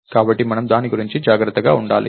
కాబట్టి మనం దాని గురించి జాగ్రత్తగా ఉండాలి